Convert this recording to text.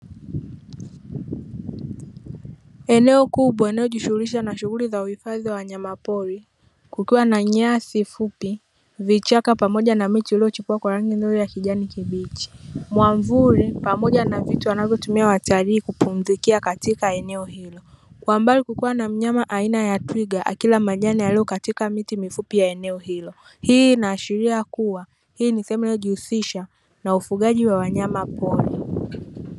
Eneo kubwana ajishughulisha na shughuli za uhifadhi wa wanyama pori, kukiwa na nyasi fupi, vichaka pamoja na miche iliyochipua kwa rangi nzuri ya kijani kibichi. Mwavuli pamoja na vitu anavyotumia watalii kupumzikia katika eneo hilo. Kwa mbali kukiwa na mnyama aina ya twiga, akila majani yaliyo katika miti mifupi ya eneo hilo. Hii inaashiria kuwa hii ni sehemu inayojihusisha na ufugaji wa wanyama pori.